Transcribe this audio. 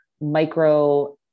micro